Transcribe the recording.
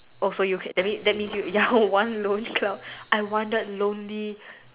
oh so you that means that means you you're one lone cloud I wandered lonely